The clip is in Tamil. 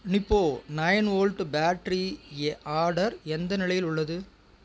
Nippo nine volt battery a order எந்த நிலையில் உள்ளது